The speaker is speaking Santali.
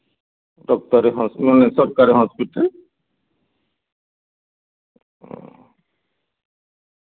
ᱚᱱᱮ ᱥᱚᱨᱠᱟᱨᱤ ᱦᱚᱥᱯᱤᱴᱟᱞ ᱦᱚᱸ